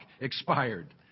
expired